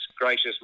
gracious